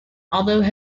although